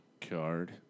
card